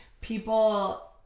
people